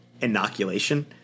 inoculation